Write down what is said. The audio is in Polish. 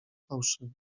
fałszywy